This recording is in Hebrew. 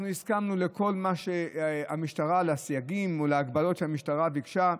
אנחנו הסכמנו לסייגים ולהגבלות שהמשטרה ביקשה.